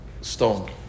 stone